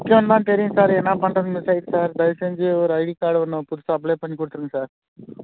பிரச்சனை தான் தெரியும் சார் என்ன பண்ணுறது மிஸ் ஆயிடுச்சு சார் தயவுசெஞ்சு ஒரு ஐடி கார்டு ஒன்று புதுசாக அப்ளை பண்ணி கொடுத்துடுங்க சார்